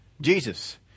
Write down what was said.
Jesus